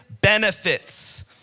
benefits